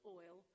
oil